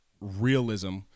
realism